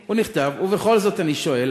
ובכל זאת אני שואל.